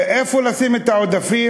איפה לשים את העודפים?